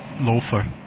loafer